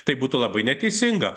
tai būtų labai neteisinga